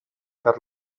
per